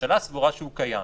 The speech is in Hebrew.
הממשלה סבורה שהוא קיים.